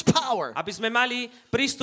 power